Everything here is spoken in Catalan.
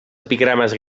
epigrames